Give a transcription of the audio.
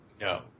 No